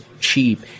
Cheap